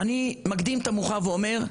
אני מקדים את המאוחר ואומר,